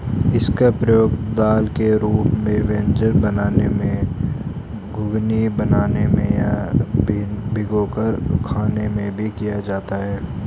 इसका प्रयोग दाल के रूप में व्यंजन बनाने में, घुघनी बनाने में या भिगोकर खाने में भी किया जाता है